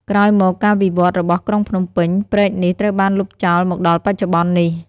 ក្រោយមកការវិវត្តន៍របស់ក្រុងភ្នំពេញ ព្រែកនេះត្រូវបានលុបចោលមកដល់បច្ចុប្បន្ននេះ ។